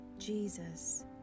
Jesus